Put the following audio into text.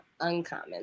uncommon